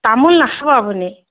তামোল নাখাব আপুনি